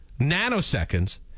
Nanoseconds